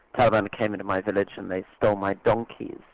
kind of and came into my village and they stole my donkey',